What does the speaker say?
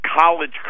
college